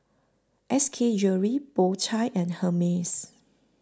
S K Jewellery Po Chai and Hermes